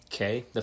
Okay